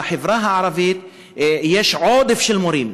בחברה הערבית יש עודף של מורים,